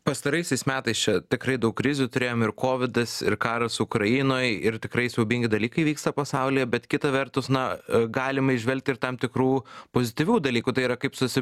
pastaraisiais metais čia tikrai daug krizių turėjom ir kovidas ir karas ukrainoj ir tikrai siaubingi dalykai vyksta pasaulyje bet kita vertus na galim įžvelgti ir tam tikrų pozityvių dalykų tai yra kaip susi